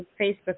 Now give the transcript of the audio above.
Facebook